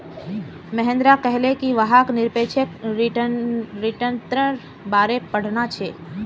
महेंद्र कहले कि वहाक् निरपेक्ष रिटर्न्नेर बारे पढ़ना छ